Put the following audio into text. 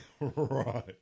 Right